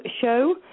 Show